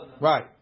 Right